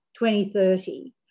2030